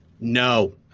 no